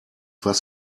was